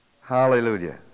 Hallelujah